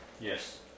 Yes